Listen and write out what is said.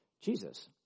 Jesus